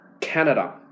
Canada